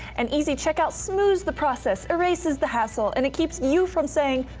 and easy check-out smooths the process, erases the hassle, and it keeps you from saying,